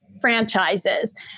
franchises